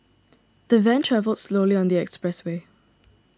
the van travelled slowly on the expressway